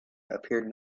appeared